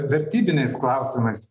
vertybiniais klausimais